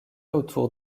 autour